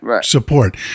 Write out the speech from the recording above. support